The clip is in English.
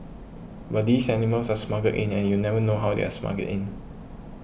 but these animals are smuggled in and you never know how they're smuggled in